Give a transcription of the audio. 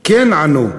כן, ענו.